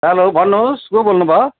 हलो भन्नुहोस् को बोल्नुभयो